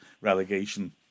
relegation